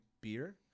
beer